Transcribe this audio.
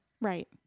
right